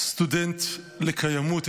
סטודנט לקיימות,